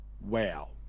wow